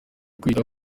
kwita